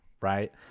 right